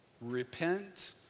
Repent